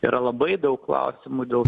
yra labai daug klausimų dėl